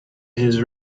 his